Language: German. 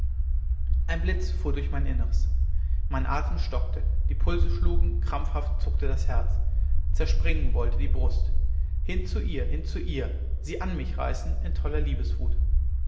ein blitz fuhr durch mein innres mein atem stockte die pulse schlugen krampfhaft zuckte das herz zerspringen wollte die brust hin zu ihr hin zu ihr sie an mich reißen in toller liebeswut